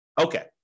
Okay